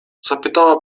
zapytała